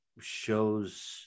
shows